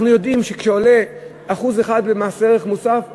אנחנו יודעים שכשעולה מס ערך מוסף ב-1%,